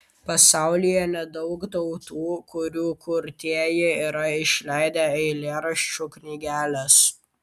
pasaulyje nedaug tautų kurių kurtieji yra išleidę eilėraščių knygeles